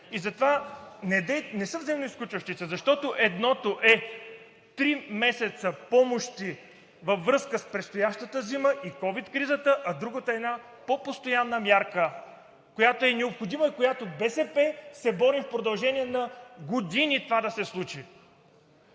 Затова не са взаимоизключващи се, защото едното е три месеца помощи във връзка с предстоящата зима и ковид кризата, а другото е една по-постоянна мярка, която е необходима, която БСП се бори в продължение на години това да се случи.